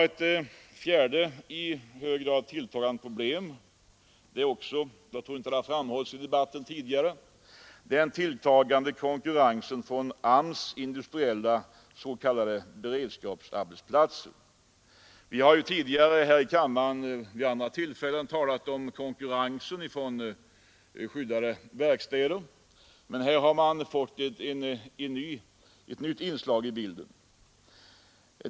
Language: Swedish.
Ett fjärde i hög grad tilltagande problem — jag tror inte det har framhållits tidigare i debatten — är den tilltagande konkurrensen från AMS:s industriella s.k. beredskapsarbetsplatser. Vi har tidigare här i kammaren talat om konkurrensen från skyddade verkstäder, men det här är ett nytt inslag i bilden.